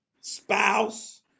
spouse